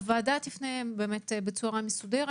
הוועדה תפנה אליכם בצורה מסודרת.